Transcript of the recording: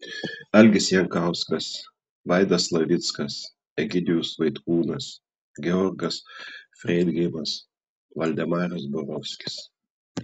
algis jankauskas vaidas slavickas egidijus vaitkūnas georgas freidgeimas valdemaras borovskis